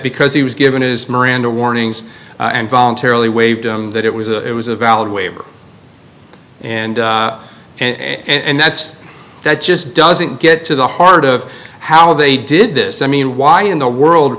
because he was given his miranda warnings and voluntarily waived that it was a it was a valid waiver and and that's that just doesn't get to the heart of how they did this i mean why in the world